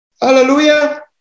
Hallelujah